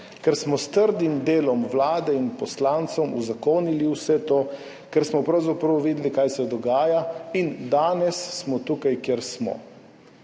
ker smo s trdim delom vlade in poslancev uzakonili vse to, ker smo pravzaprav videli, kaj se dogaja, in danes smo tukaj, kjer smo.